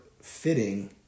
fitting